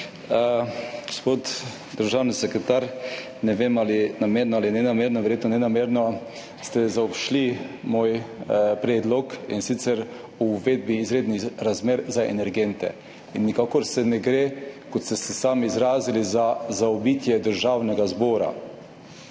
Gospod državni sekretar, ne vem, ali namerno ali nenamerno, verjetno nenamerno, ste zaobšli moj predlog, in sicer o uvedbi izrednih razmer za energente. In nikakor se ne gre, kot ste se sami izrazili, za zaobidenje Državnega zbora.